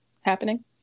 happening